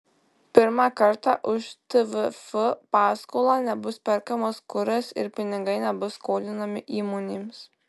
pirmą kartą už tvf paskolą nebus perkamas kuras ir pinigai nebus skolinami įmonėms